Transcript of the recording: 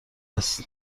هست